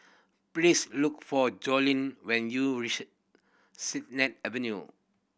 please look for Joellen when you reach Sennett Avenue